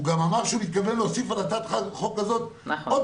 הוא גם אמר שהוא מתכוון להוסיף על הצעת החוק הזו עוד